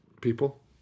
people